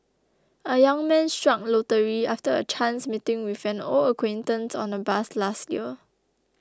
a young man struck lottery after a chance meeting with an old acquaintance on a bus last year